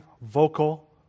vocal